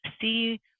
see